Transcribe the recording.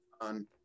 on